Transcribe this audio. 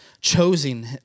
chosen